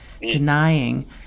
denying